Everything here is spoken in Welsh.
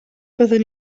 byddwn